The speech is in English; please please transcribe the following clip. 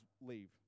leave